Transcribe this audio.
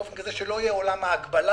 באופן כזה שלא יהיה עולם ההגבלה,